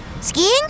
Skiing